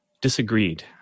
disagreed